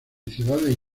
ciudades